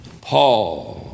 Paul